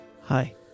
Hi